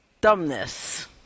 dumbness